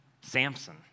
Samson